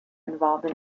involved